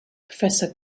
professor